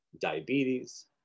diabetes